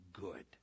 good